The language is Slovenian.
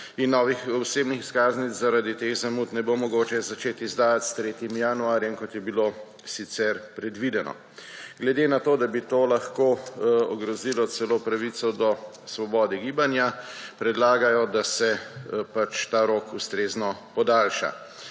in novih osebnih izkaznic zaradi teh zamud ne bo mogoče začeti izdajati s 3. januarjem, kot je bilo sicer predvideno. Glede na to, da bi to lahko ogrozilo celo pravico do svobode gibanja, predlagajo, da se pač ta rok ustrezno podaljša.